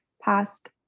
past